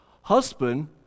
Husband